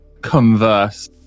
converse